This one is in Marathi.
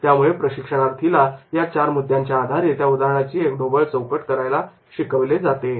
त्यामुळे प्रशिक्षणार्थीला या चार मुद्द्यांच्या आधारे त्या उदाहरणाची एक ढोबळ चौकट करायला सांगितले जाते